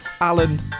Alan